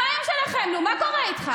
נעמה, החוק חל גם על גלי צה"ל, שיש אפליה?